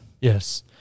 Yes